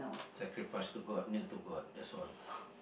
sacrifice to god kneel to god that's all